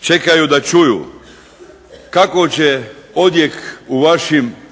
čekaju da čuju kako će odjek u vašim srcima